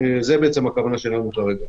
זאת הכוונה שלנו כרגע.